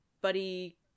buddy